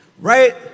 right